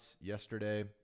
yesterday